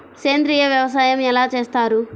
సేంద్రీయ వ్యవసాయం ఎలా చేస్తారు?